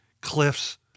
cliffs